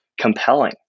compelling